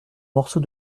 morceau